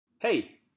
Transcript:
Hey